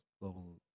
Global